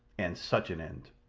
and such an end!